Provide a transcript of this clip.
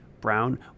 Brown